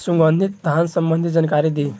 सुगंधित धान संबंधित जानकारी दी?